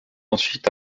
ensuite